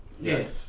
Yes